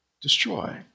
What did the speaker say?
destroy